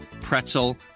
pretzel